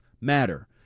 matter